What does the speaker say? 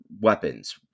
weapons